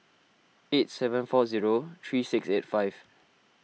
eight seven four zero three six eight five